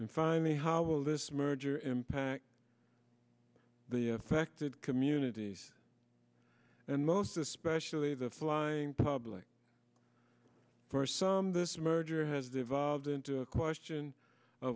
finally how will this merger impact the affected communities and most especially the flying public for some this merger has devolved into a question